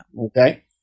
Okay